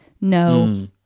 no